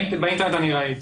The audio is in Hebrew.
באינטרנט אני ראיתי.